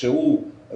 שהוא